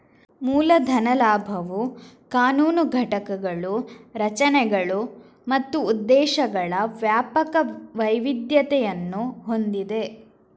ಮೂಲ ಧನ ಲಾಭವು ಕಾನೂನು ಘಟಕಗಳು, ರಚನೆಗಳು ಮತ್ತು ಉದ್ದೇಶಗಳ ವ್ಯಾಪಕ ವೈವಿಧ್ಯತೆಯನ್ನು ಹೊಂದಿದೆ